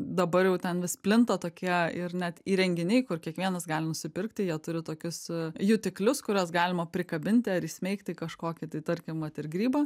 dabar jau ten vis plinta tokie ir net įrenginiai kur kiekvienas gali nusipirkti jie turi tokius jutiklius kuriuos galima prikabinti ar įsmeigti į kažkokį tai tarkim vat ir grybą